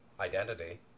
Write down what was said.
identity